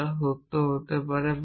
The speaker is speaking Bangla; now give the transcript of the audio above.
যা সত্য হতে পারে